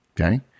Okay